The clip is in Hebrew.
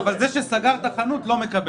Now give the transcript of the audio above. אבל זה שסגר את החנות לא מקבל.